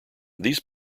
these